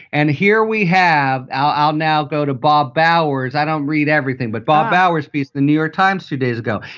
and here we have. i'll now go to bob bauers. i don't read everything but bob bauer's piece, the new york times two days ago.